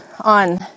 on